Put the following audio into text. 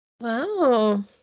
Wow